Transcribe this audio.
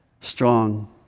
strong